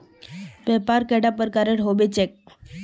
व्यापार कैडा प्रकारेर होबे चेक?